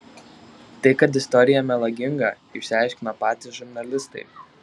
tai kad istorija melaginga išsiaiškino patys žurnalistai